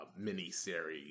miniseries